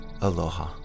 Aloha